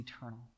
eternal